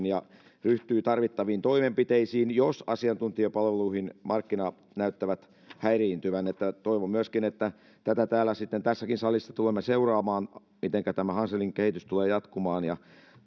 ja ryhtyy tarvittaviin toimenpiteisiin jos asiantuntijapalveluiden markkinat näyttävät häiriintyvän toivon myöskin että tätä täällä sitten tässäkin tulemme seuraamaan mitenkä tämä hanselin kehitys tulee jatkumaan ja